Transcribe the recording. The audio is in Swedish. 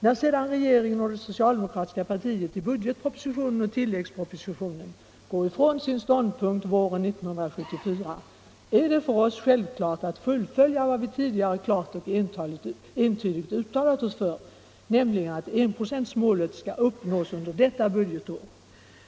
När sedan regeringen och det socialdemokratiska partiet i budgetpropositionen och tilläggspropositionen går ifrån sin ståndpunkt från våren 1974 är det för oss självklart att fullfölja vad vi tidigare bestämt och entydigt uttalat oss för, nämligen att enprocentsmålet skall uppnås under detta budgetår.